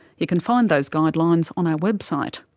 you can find those guidelines on our website.